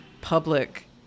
public